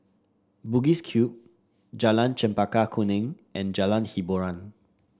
Bugis Cube Jalan Chempaka Kuning and Jalan Hiboran